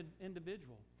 individual